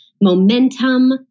momentum